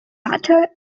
latter